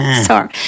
Sorry